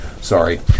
sorry